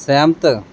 ਸਹਿਮਤ